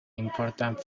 important